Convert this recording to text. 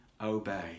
obey